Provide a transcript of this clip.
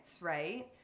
right